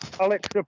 Alex